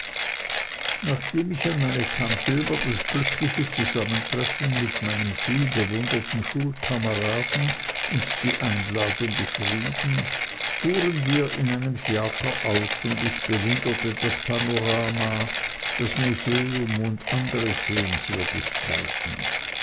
nachdem ich an meine tante über das glückliche zusammentreffen mit meinem vielbewunderten schulkameraden und die einladung geschrieben fuhren wir in einem fiaker aus und ich bewunderte das panorama das museum und andre sehenswürdigkeiten